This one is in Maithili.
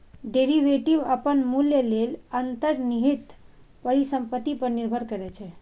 डेरिवेटिव अपन मूल्य लेल अंतर्निहित परिसंपत्ति पर निर्भर करै छै